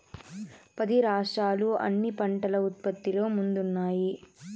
పది రాష్ట్రాలు అన్ని పంటల ఉత్పత్తిలో ముందున్నాయి